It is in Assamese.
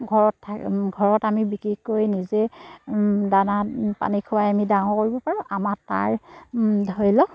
ঘৰত থাকি ঘৰত আমি বিক্ৰী কৰি নিজে দানা পানী খোৱাই আমি ডাঙৰ কৰিব পাৰোঁ আমাৰ তাৰ ধৰি লওক